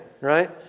right